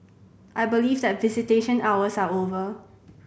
I believe that visitation hours are over